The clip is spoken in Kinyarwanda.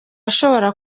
ashobora